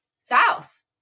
south